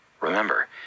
Remember